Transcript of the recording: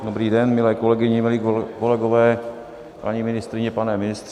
Dobrý den, milé kolegyně, milí kolegové, paní ministryně, pane ministře.